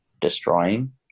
Destroying